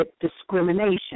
discrimination